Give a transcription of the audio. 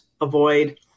avoid